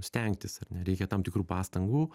stengtis ar ne reikia tam tikrų pastangų